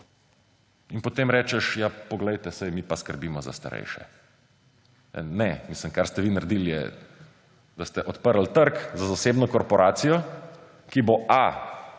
in potem rečeš, ja poglejte, saj mi pa skrbimo za starejše. Ne. Kar ste vi naredili, je, da ste odprli trg za zasebno korporacijo, ki bo a)